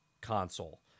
console